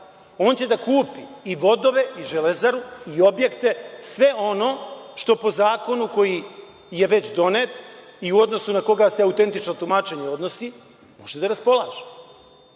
on će da kupi i vodove i „Železaru“ i objekte, sve ono što po zakonu koji je već donet i u odnosu na koga se autentično tumačenje odnosi, može da raspolaže. Ako